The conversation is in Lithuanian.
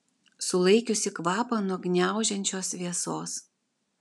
sulaikiusi kvapą nuo gniaužiančios vėsos